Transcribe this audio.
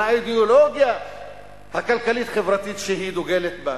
על האידיאולוגיה הכלכלית-חברתית שהיא דוגלת בה.